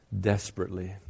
Desperately